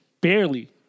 barely